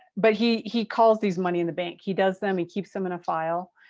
but he he calls these money in the bank. he does them. he keeps them in a file.